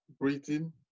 breathing